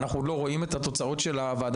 אנחנו עוד לא רואים את התוצאות של הוועדה